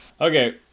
Okay